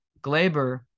Glaber